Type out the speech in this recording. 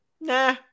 nah